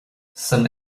san